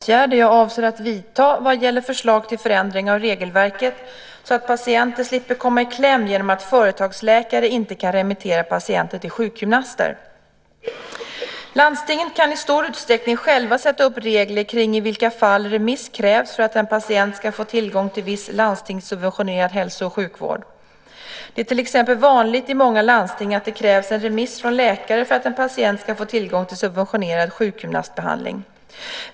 Fru talman! Tomas Högström har frågat mig vilka åtgärder jag avser att vidta vad gäller förslag till förändring av regelverket så att patienter slipper komma i kläm genom att företagsläkare inte kan remittera patienter till sjukgymnaster. Landstingen kan i stor utsträckning själva sätta upp regler för i vilka fall remiss krävs för att en patient ska få tillgång till viss landstingssubventionerad hälso och sjukvård. Det är till exempel vanligt i många landsting att det krävs en remiss från läkare för att en patient ska få tillgång till subventionerad sjukgymnastbehandling.